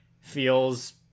feels